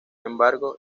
embargo